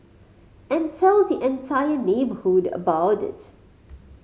and tell the entire neighbourhood about it